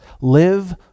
Live